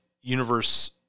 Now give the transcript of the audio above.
universe